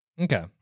Okay